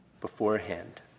beforehand